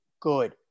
good